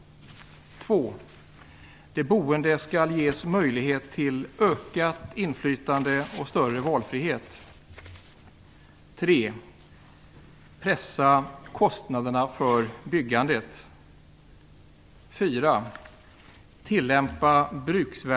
2. De boende skall ges möjlighet till ökat inflytande och större valfrihet. 3. Pressa kostnaderna för byggandet.